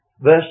verse